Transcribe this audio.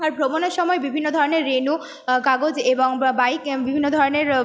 আর ভ্রমণের সময় বিভিন্ন ধরনের রেন কাগজ এবং বা বাইক বিভিন্ন ধরনের